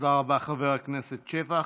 תודה רבה חבר הכנסת שפע.